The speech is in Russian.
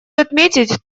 отметить